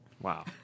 Wow